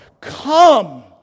Come